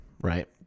right